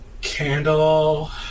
Candle